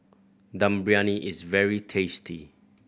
Dum Briyani is very tasty